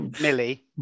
millie